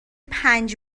پنج